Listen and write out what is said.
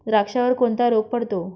द्राक्षावर कोणता रोग पडतो?